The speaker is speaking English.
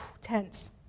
tense